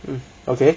um okay